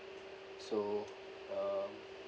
so um